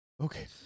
Okay